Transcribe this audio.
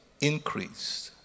increased